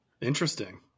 Interesting